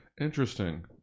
Interesting